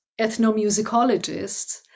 ethnomusicologists